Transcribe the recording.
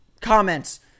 comments